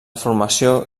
formació